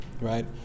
right